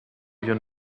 you